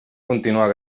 continuar